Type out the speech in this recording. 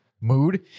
mood